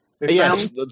Yes